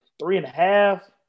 Three-and-a-half